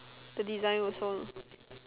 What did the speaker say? the design also